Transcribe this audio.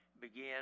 begin